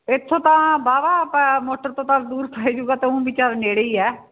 ਇੱਥੋਂ ਤਾਂ ਵਾਵਾ ਆਪਾਂ ਮੋਟਰ ਤੋਂ ਤਾਂ ਦੂਰ ਪੈਜੂਗਾ ਊਂ ਵੀ ਚੱਲ ਨੇੜੇ ਹੀ ਹੈ